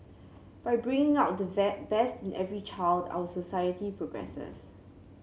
by bringing out the best in every child our society progresses